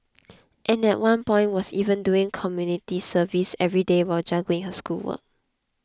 and at one point was even doing community service every day while juggling her schoolwork